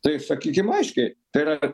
tai sakykim aiškiai tai yra